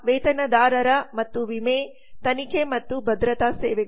ವೇತನದಾರರ ಮತ್ತು ವಿಮೆ ತನಿಖೆ ಮತ್ತು ಭದ್ರತಾ ಸೇವೆಗಳು